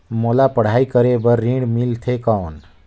मोला पढ़ाई करे बर ऋण मिलथे कौन?